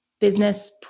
business